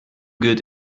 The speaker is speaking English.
good